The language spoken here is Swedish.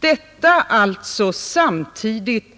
Detta alltså samtidigt